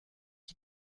qui